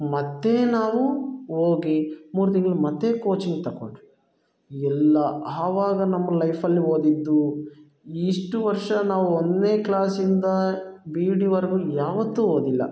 ಮತ್ತೆ ನಾವು ಹೋಗಿ ಮೂರು ತಿಂಗಳು ಮತ್ತೆ ಕೋಚಿಂಗ್ ತಗೊಂಡ್ರು ಎಲ್ಲ ಆವಾಗ್ ನಮ್ಮ ಲೈಫಲ್ಲಿ ಓದಿದ್ದು ಇಷ್ಟು ವರ್ಷ ನಾವು ಒಂದನೇ ಕ್ಲಾಸಿಂದ ಬಿ ಇ ಡಿವರ್ಗೂ ಯಾವತ್ತೂ ಓದಿಲ್ಲ